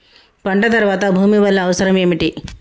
పంట తర్వాత భూమి వల్ల అవసరం ఏమిటి?